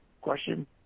Question